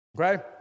Okay